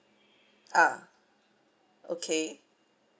ah okay